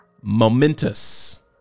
Momentous